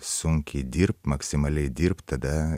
sunkiai dirbt maksimaliai dirbt tada